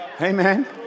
Amen